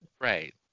Right